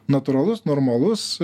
natūralus normalus